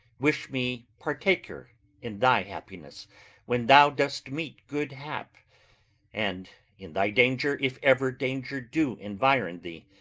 wish me partaker in thy happiness when thou dost meet good hap and in thy danger, if ever danger do environ thee,